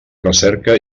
recerca